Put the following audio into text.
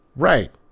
right.